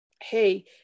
hey